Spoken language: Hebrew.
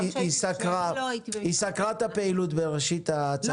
היא סקרה את הפעילות בראשית ההצגה.